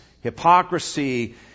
Hypocrisy